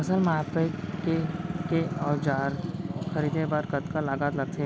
फसल मापके के औज़ार खरीदे बर कतका लागत लगथे?